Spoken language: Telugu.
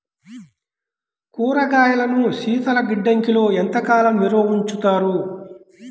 కూరగాయలను శీతలగిడ్డంగిలో ఎంత కాలం నిల్వ ఉంచుతారు?